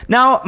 Now